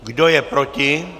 Kdo je proti?